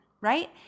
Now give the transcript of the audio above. right